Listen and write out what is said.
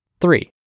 Three